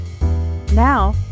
Now